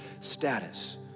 status